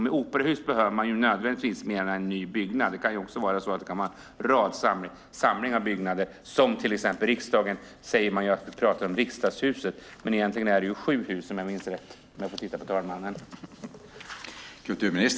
Med operahus behöver man inte nödvändigtvis mena en ny byggnad, utan det kan också vara en samling av byggnader. Man pratar till exempel om Riksdagshuset, men det är egentligen sju hus, om jag minns rätt.